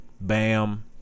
Bam